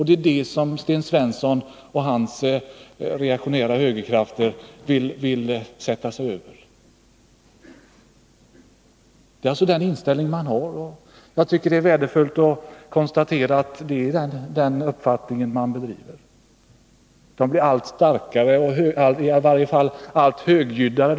Det är det som Sten Svensson och hans reaktionära högerkrafter vill sätta sig över. Det är viktigt att det nu kan fastslås att det är den uppfattningen man driver. Dessa krafter blir allt starkare eller i varje fall allt högljuddare.